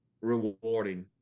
rewarding